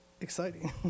exciting